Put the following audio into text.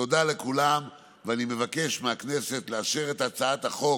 תודה לכולם, ואני מבקש מהכנסת לאשר את הצעת החוק